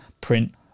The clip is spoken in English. print